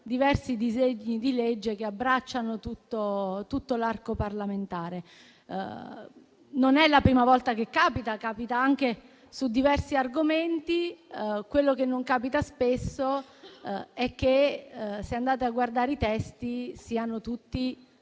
diversi disegni di legge che abbracciano tutto l'arco parlamentare. Non è la prima volta che capita e capita anche su diversi argomenti. Quello che non capita spesso è che, se andate a guardare i testi, sono tutti